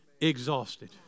exhausted